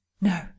no